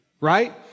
right